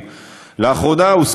33 בחדר אחד אין שם,